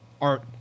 art